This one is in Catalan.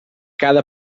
cada